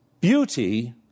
beauty